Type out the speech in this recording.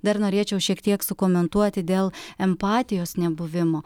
dar norėčiau šiek tiek sukomentuoti dėl empatijos nebuvimo